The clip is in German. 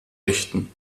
richten